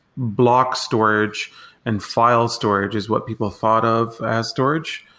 block storage and file storage is what people thought of as storage.